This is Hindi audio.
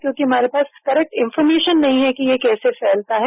क्योंकि हमारे पास करेक्ट इन्फॉरमेशन नहीं है कि यह कैसे फैलता है